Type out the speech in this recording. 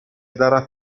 darà